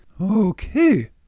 Okay